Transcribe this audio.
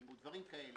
דברים כאלה